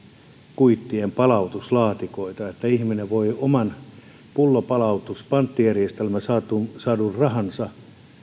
kuittien palautuslaatikoita ja ihminen voi oman pullonpalautuspanttijärjestelmästä saadun rahansa